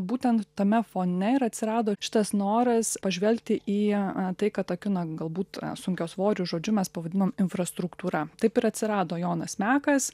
būtent tame fone ir atsirado šitas noras pažvelgti į a tai kad ta kino galbūt sunkiasvoriu žodžiu mes pavadinom infrastruktūra taip ir atsirado jonas mekas